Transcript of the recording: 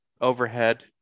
overhead